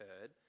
heard